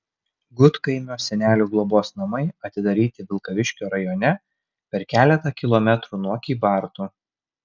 gudkaimio senelių globos namai atidaryti vilkaviškio rajone per keletą kilometrų nuo kybartų